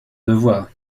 devoir